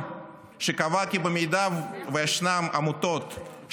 וככל שהוועדה לא תבקש לקיים דיון ביחס לעמותות שהועלו ברשימה,